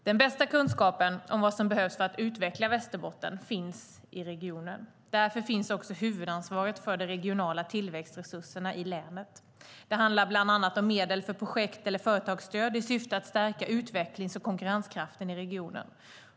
Den bästa kunskapen om vad som behövs för att utveckla Västerbotten finns i regionen. Därför finns också huvudansvaret för de regionala tillväxtresurserna i länet. Det handlar bland annat om medel för projekt eller företagsstöd i syfte att stärka utvecklings och konkurrenskraften i regionen.